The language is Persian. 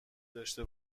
داشته